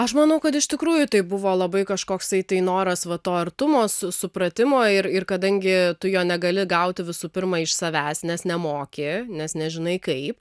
aš manau kad iš tikrųjų tai buvo labai kažkoks tai noras va to artumo supratimo ir ir kadangi tu jo negali gauti visų pirma iš savęs nes nemoki nes nežinai kaip